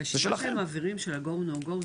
הרשימה שהם מעבירים של ה-"go/no go",